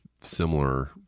similar